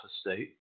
state